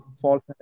false